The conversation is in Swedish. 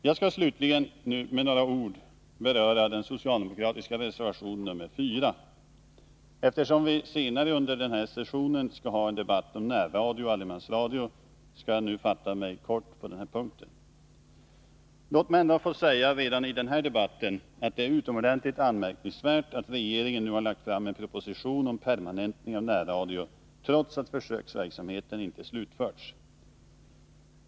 Jag skall slutligen med några ord beröra den socialdemokratiska reservationen nr 4. Eftersom vi senare under denna session skall ha en debatt om närradio och allemansradio skall jag nu fatta mig kort på denna punkt. Låt mig ändå säga redan i den här debatten att det är utomordentligt anmärkningsvärt att regeringen nu har lagt fram en proposition om permanentning av närradio trots att försöksverksamheten inte slutförts.